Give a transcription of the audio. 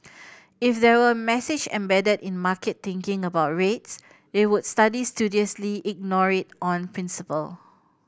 if there were message embedded in market thinking about rates they would studiously ignore it on principle